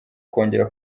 kongera